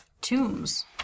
tombs